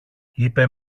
είπε